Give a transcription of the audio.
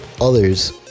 others